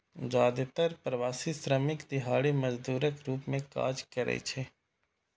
जादेतर प्रवासी श्रमिक दिहाड़ी मजदूरक रूप मे काज करै छै